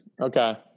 okay